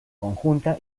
conjunta